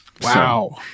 Wow